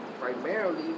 primarily